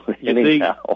anyhow